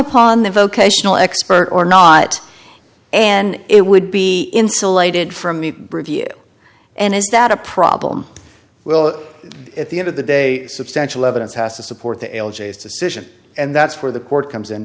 upon the vocational expert or not and it would be insulated from me review and is that a problem will at the end of the day substantial evidence has to support the l g s decision and that's where the court comes